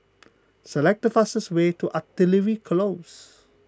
select the fastest way to Artillery Close